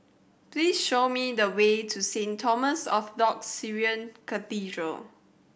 please show me the way to Saint Thomas Orthodox Syrian Cathedral